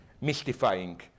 mystifying